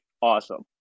awesome